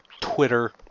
Twitter